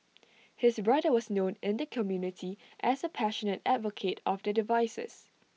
his brother was known in the community as A passionate advocate of the devices